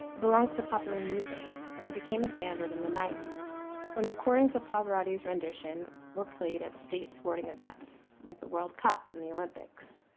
it belongs to popular music, and it became a standard in the ninety s when recordings of pavarotti's rendition were played at state sporting events like the world cup and the olympics.